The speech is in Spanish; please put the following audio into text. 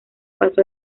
paso